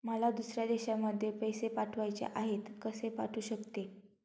मला दुसऱ्या देशामध्ये पैसे पाठवायचे आहेत कसे पाठवू शकते?